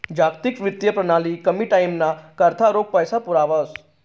जागतिक वित्तीय प्रणाली कमी टाईमना करता रोख पैसा पुरावस